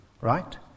right